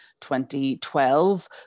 2012